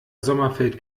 sommerfeld